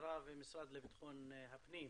המשטרה והמשרד לבטחון הפנים.